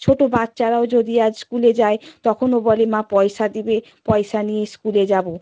ছোটো বাচ্চারাও যদি আজ স্কুলে যায় তখনও বলে মা পয়সা দেবে পয়সা নিয়ে স্কুলে যাব